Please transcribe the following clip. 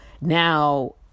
now